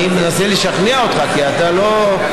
אני מנסה לשכנע אותך, כי אתה לא,